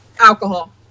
Alcohol